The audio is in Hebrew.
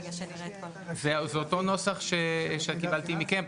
כדי שנראה את כל --- זה אותו הנוסח שקיבלתי מכם,